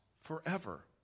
forever